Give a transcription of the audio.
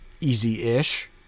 easy-ish